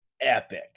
Epic